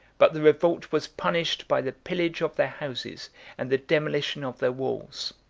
but the revolt was punished by the pillage of their houses and the demolition of their walls.